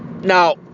Now